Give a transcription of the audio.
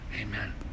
Amen